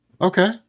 Okay